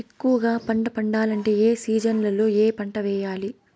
ఎక్కువగా పంట పండాలంటే ఏ సీజన్లలో ఏ పంట వేయాలి